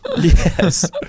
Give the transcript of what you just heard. Yes